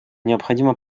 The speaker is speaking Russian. необходимо